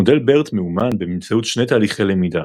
מודל BERT מאומן באמצעות שני תהליכי למידה